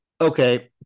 okay